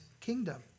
kingdom